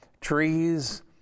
Trees